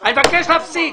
אני מבקש להפסיק.